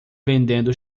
vendendo